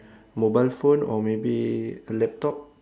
mobile phone or maybe a laptop